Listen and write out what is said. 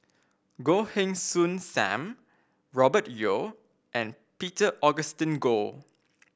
Goh Heng Soon Sam Robert Yeo and Peter Augustine Goh